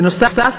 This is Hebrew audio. בנוסף,